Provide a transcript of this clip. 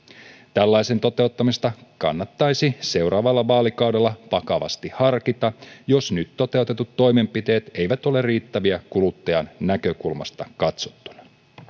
tällaisen toteuttamista kannattaisi seuraavalla vaalikaudella vakavasti harkita jos nyt toteutetut toimenpiteet eivät ole riittäviä kuluttajan näkökulmasta katsottuna